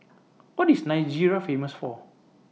What IS Nigeria Famous For